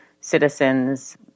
citizens